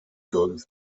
gwrdd